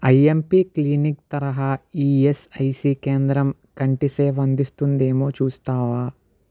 IMP clinic తరహా ESIC కేంద్రం కంటి సేవ అందిస్తుందేమో చూస్తావా